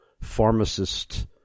pharmacist